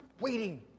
waiting